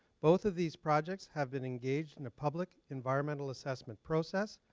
both of these projects have been engaged in a public environmental assessment process,